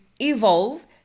evolve